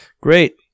Great